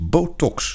Botox